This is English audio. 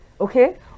okay